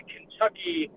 Kentucky